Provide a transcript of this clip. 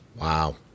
wow